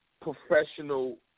professional